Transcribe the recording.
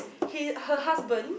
he her husband